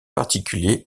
particulier